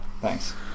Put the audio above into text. thanks